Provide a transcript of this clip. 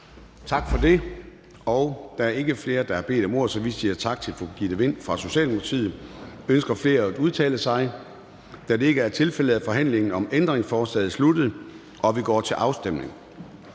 Tak for det. Der er ikke flere, der har bedt om ordet, så vi siger tak til fru Birgitte Vind fra Socialdemokratiet. Ønsker flere at udtale sig? Da det ikke er tilfældet, er forhandlingen om ændringsforslaget sluttet, og vi går til afstemning.